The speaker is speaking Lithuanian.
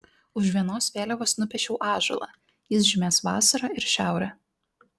už vienos vėliavos nupiešiau ąžuolą jis žymės vasarą ir šiaurę